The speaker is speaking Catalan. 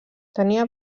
tenia